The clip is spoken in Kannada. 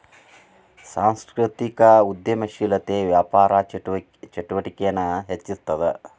ಸಾಂಸ್ಕೃತಿಕ ಉದ್ಯಮಶೇಲತೆ ವ್ಯಾಪಾರ ಚಟುವಟಿಕೆನ ಹೆಚ್ಚಿಸ್ತದ